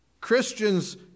Christians